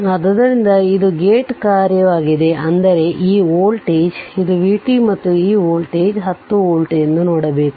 ಆದ್ದರಿಂದ ಇದು ಗೇಟ್ ಕಾರ್ಯವಾಗಿದೆ ಅಂದರೆ ಈ ವೋಲ್ಟೇಜ್ ಇದು v t ಮತ್ತು ಈ ವೋಲ್ಟೇಜ್ 10 ವೋಲ್ಟ್ ಎಂದು ನೋಡಬೇಕು